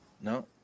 no